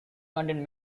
contained